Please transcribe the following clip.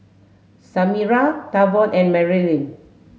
Samira Tavon and Merilyn